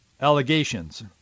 allegations